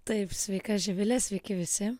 taip sveika živile sveiki visi